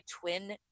twin